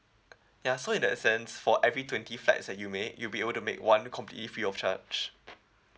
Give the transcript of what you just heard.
ya so in that sense for every twenty flights that you make you'll be able to make one completely free of charge